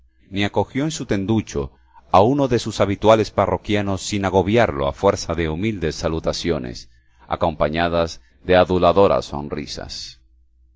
ni acogió en su tenducho a uno de sus habituales parroquianos sin agobiarlo a fuerza de humildes salutaciones acompañadas de aduladoras sonrisas